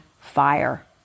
fire